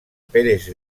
pérez